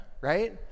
right